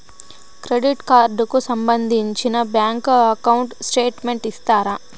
Credit card కు సంబంధించిన bank account statement ఇస్తారా?